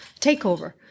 takeover